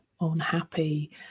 unhappy